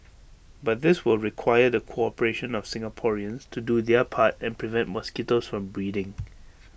but this will require the cooperation of Singaporeans to do their part and prevent mosquitoes from breeding